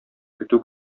көтү